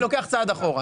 אני לוקח צעד אחורה.